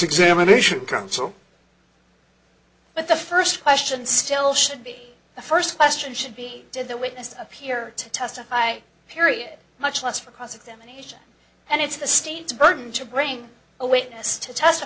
examination counsel but the first question still should be the first question should be did the witness appear to testify period much less for cross examination and it's the state's burden to bring a witness to test